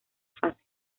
fase